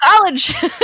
college